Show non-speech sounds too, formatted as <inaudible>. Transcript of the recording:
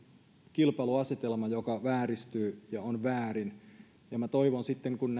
kilpailuasetelma joka vääristyy ja on väärin ja minä toivon että sitten kun <unintelligible>